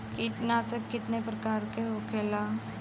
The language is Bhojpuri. कीटनाशक कितना प्रकार के होखेला?